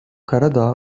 karadağ